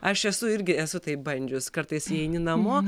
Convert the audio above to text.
aš esu irgi esu tai bandžius kartais įeini namo